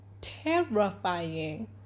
terrifying